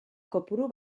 kopuru